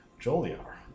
Joliar